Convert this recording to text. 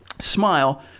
smile